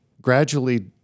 gradually